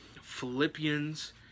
Philippians